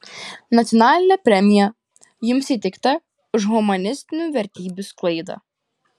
nacionalinė premija jums įteikta už humanistinių vertybių sklaidą